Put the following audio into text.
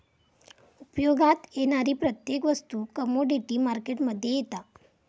उपयोगात येणारी प्रत्येक वस्तू कमोडीटी मार्केट मध्ये येता